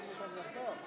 טוב, תודה רבה.